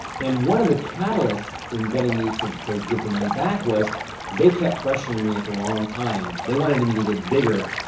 and one of the catalysts in getting me to to give the money back was they kept pressuring me at the wrong time. they wanted me to get bigger.